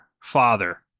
father